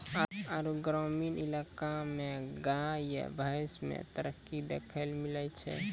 आरु ग्रामीण इलाका मे गाय या भैंस मे तरक्की देखैलै मिलै छै